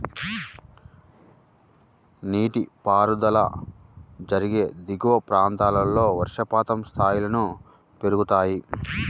నీటిపారుదల జరిగే దిగువ ప్రాంతాల్లో వర్షపాతం స్థాయిలను పెరుగుతాయి